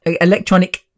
electronic